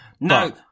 No